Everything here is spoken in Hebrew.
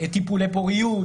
טיפולי פוריות,